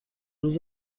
روز